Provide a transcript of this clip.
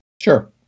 Sure